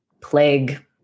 plague